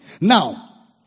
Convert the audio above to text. Now